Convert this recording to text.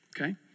Okay